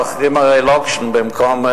מוכרים הרי לוקשים במקום,